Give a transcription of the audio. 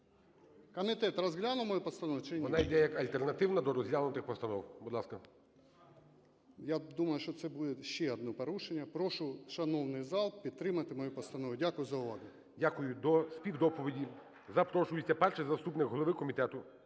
Комітет розглянув мою постанову чи ні? ГОЛОВУЮЧИЙ. Вона йде як альтернативна до розглянутих постанов. Будь ласка. ШПЕНОВ Д.Ю. Я думаю, що це буде ще одне порушення. Прошу шановний зал підтримати мою постанову. Дякую за увагу. ГОЛОВУЮЧИЙ. Дякую. До співдоповіді запрошується перший заступник голови Комітету